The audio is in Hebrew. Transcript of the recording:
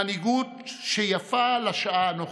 מנהיגות שיפה לשעה הנוכחית,